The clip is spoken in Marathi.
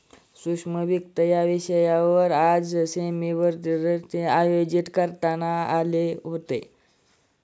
सूक्ष्म वित्त या विषयावर आज सेमिनारचं आयोजन करण्यात आलं होतं